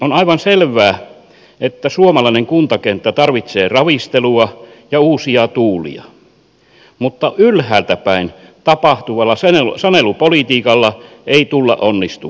on aivan selvää että suomalainen kuntakenttä tarvitsee ravistelua ja uusia tuulia mutta ylhäältä päin tapahtuvalla sanelupolitiikalla ei tulla onnistumaan